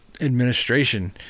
administration